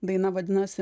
daina vadinasi